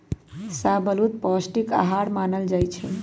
शाहबलूत पौस्टिक अहार मानल जाइ छइ